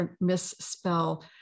misspell